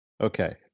Okay